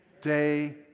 Day